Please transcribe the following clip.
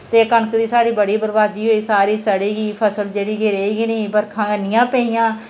ते कनक दी साढ़ी बड़ी बर्बादी होई सारी सड़ी गेई फसल जेह्ड़ी कि रेही गै नेई बरखां इन्नियां पेइयां